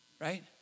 right